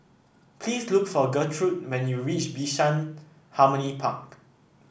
please look for Gertrude when you reach Bishan Harmony Park